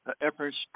efforts